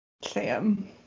Sam